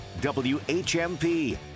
WHMP